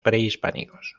prehispánicos